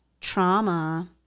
trauma